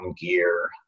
gear